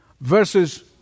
verses